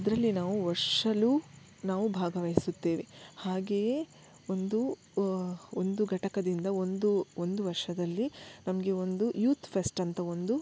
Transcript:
ಅದರಲ್ಲಿ ನಾವು ವರ್ಷ ನಾವು ಭಾಗವಹಿಸುತ್ತೇವೆ ಹಾಗೆಯೇ ಒಂದು ಒಂದು ಘಟಕದಿಂದ ಒಂದು ಒಂದು ವರ್ಷದಲ್ಲಿ ನಮಗೆ ಒಂದು ಯೂತ್ ಫೆಸ್ಟ್ ಅಂತ ಒಂದು